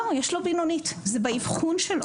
לא, יש לו בינונית, זה באבחון שלו.